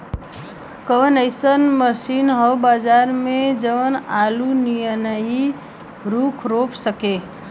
कवनो अइसन मशीन ह बजार में जवन आलू नियनही ऊख रोप सके?